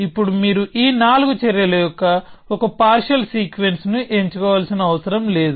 ఇప్పుడు మీరు ఈ నాలుగు చర్యల యొక్క ఒక పార్షియల్ సీక్వెన్స్ ని ఎంచుకోవాల్సిన అవసరం లేదు